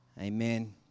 Amen